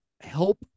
help